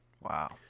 Wow